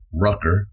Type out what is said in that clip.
Rucker